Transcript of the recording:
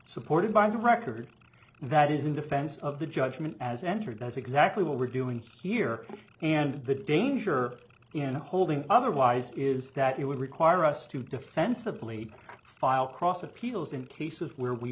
supported by the record that is in defense of the judgment as entered that's exactly what we're doing here and the danger in holding otherwise is that it would require us to defensively file cross appeals in cases where we